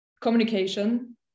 communication